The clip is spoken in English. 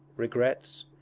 regrets,